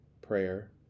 prayer